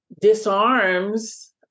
disarms